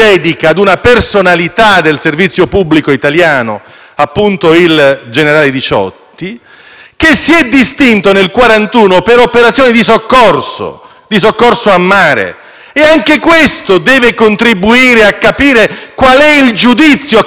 che si è distinto nel 1941 per operazioni di soccorso in mare; anche questo deve contribuire a far capire qual è il giudizio che tocca a quest'Assemblea quando ci occupiamo dell'argomento di cui ci stiamo occupando.